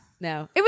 No